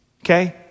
okay